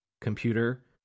computer